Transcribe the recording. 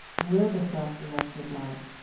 live a self-directed life,